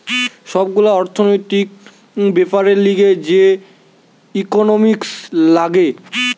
সব গুলা অর্থনৈতিক বেপারের লিগে যে ইকোনোমিক্স লাগে